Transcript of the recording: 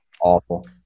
Awful